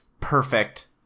perfect